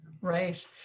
right